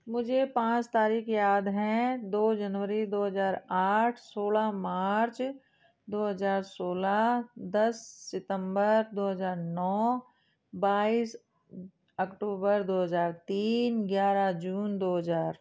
मुझे पाँच तारीख याद हैं दो जनवरी दो हजार आठ सोलह मार्च दो हजार सोलह दस सितंबर दो हजार नौ बाइस अक्टूबर दो हजार तीन ग्यारह जून दो हजार